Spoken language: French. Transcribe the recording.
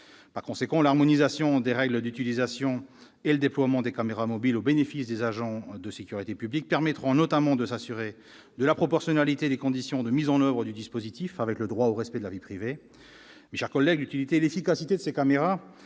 Par conséquent, l'harmonisation des règles d'utilisation et le déploiement de caméras mobiles au bénéfice des agents de sécurité publique permettront notamment de s'assurer de la proportionnalité des conditions de mise en oeuvre du dispositif avec le droit au respect de la vie privée. Mes chers collègues, l'utilité et l'efficacité de ces caméras